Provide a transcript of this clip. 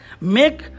make